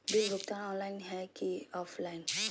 Bill भुगतान online है की ऑफलाइन?